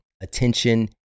attention